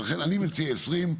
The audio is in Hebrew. ולכן אני מציע 20,